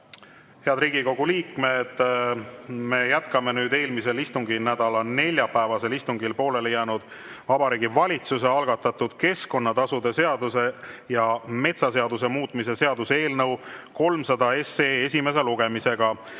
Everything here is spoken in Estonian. Head Riigikogu liikmed! Me jätkame eelmise istunginädala neljapäevasel istungil pooleli jäänud Vabariigi Valitsuse algatatud keskkonnatasude seaduse ja metsaseaduse muutmise seaduse eelnõu 300 esimest lugemist.